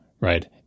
right